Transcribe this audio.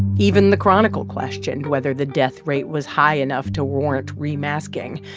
even the chronicle questioned whether the death rate was high enough to warrant remasking.